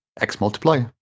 X-Multiply